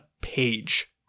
page